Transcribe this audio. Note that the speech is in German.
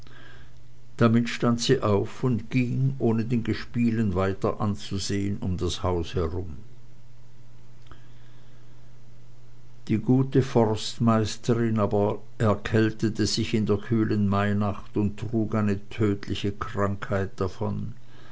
damit stand sie auf und ging ohne den gespielen weiter anzusehen um das haus herum die gute forstmeisterin aber erkältete sich in der kühlen mainacht und trug eine tödliche krankheit davon